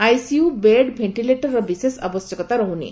ICU bed ventilator ବିଶେଷ ଆବଶ୍ୟକତା ରହୁନି